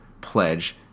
pledge